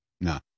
no